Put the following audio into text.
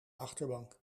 achterbank